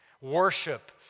Worship